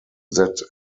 that